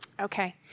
Okay